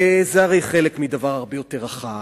זה הרי חלק מדבר הרבה יותר רחב,